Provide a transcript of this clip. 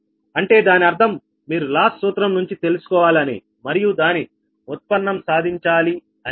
అంటే దాని అర్థం మీరు లాస్ సూత్రం నుంచి తెలుసుకోవాలి అని మరియు దాని ఉత్పన్నం సాధించాలి అని